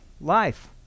life